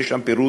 יש שם פירוט